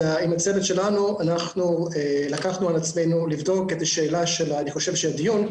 עם הצוות שלנו לקחנו על עצמנו לבדוק את השאלה של הדיון,